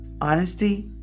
Honesty